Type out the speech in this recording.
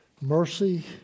Mercy